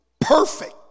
perfect